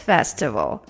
Festival